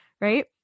Right